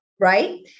right